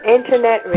Internet